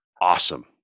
awesome